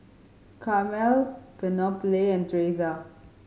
Carmel Penelope and Tresa